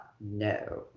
No